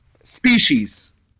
species